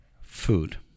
Food